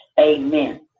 Amen